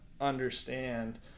understand